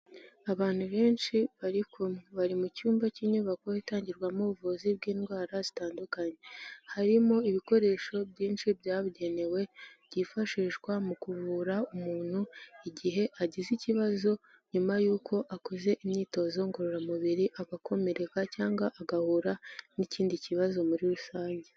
Abantu benshi bari kumwe, bari mu cyumba cy'inyubako itangirwamo ubuvuzi bw'indwara zitandukanye, harimo ibikoresho byinshi byabugenewe, byifashishwa mu kuvura umuntu igihe agize ikibazo nyuma y'uko akoze imyitozo ngororamubiri, agakomereka cyangwa agahura n'ikindi kibazo muri rusange.